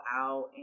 out